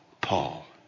Paul